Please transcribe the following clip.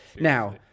Now